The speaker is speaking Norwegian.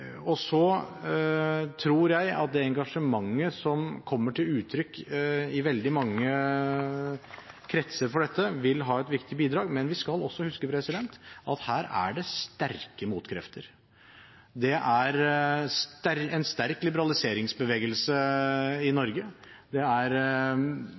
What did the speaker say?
Så tror jeg at det engasjementet for dette som kommer til uttrykk i veldig mange kretser, vil være et viktig bidrag, men vi skal også huske på at her er det sterke motkrefter. Det er en sterk liberaliseringsbevegelse i